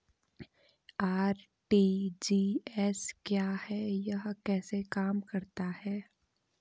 RTGS क्या है यह कैसे काम करता है?